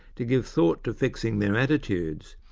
to give thought to fixing their attitudes,